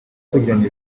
kugirana